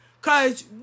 cause